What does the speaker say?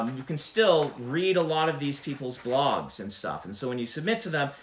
you can still read a lot of these people's blogs and stuff. and so when you submit to them,